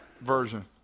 version